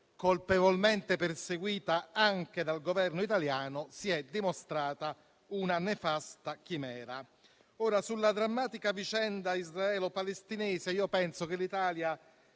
colpevolmente perseguita anche dal Governo italiano, si è dimostrata una nefasta chimera. Ora, sulla drammatica vicenda israelo-palestinese, penso che l'Italia